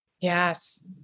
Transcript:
Yes